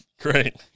great